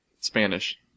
Spanish